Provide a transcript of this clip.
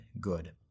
good